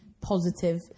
positive